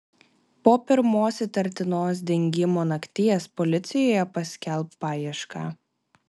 po pirmos įtartinos dingimo nakties policijoje paskelbk paiešką